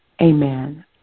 Amen